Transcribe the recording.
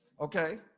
Okay